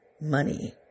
money